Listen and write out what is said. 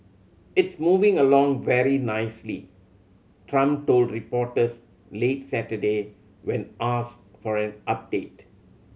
it's moving along very nicely Trump told reporters late Saturday when asked for an update